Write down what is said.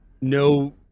no